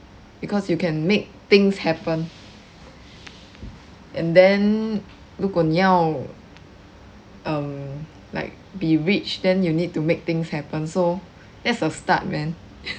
because you can make things happen and then 如果你要 um like be rich then you need to make things happen so that's a start man